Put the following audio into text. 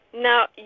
Now